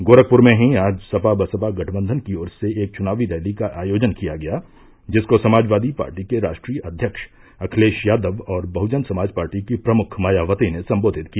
गोरखपुर में ही आज सपा बसपा गठबंधन की ओर से एक चुनावी रैली का आयोजन किया गया जिसको समाजवादी पार्टी के राष्ट्रीय अध्यक्ष अखिलेश यादव और बहुजन समाज पार्टी की प्रमुख मायावती ने सम्बोधित किया